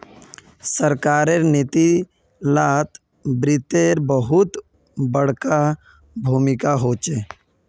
सरकारेर नीती लात वित्तेर बहुत बडका भूमीका होचे